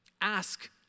Ask